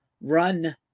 run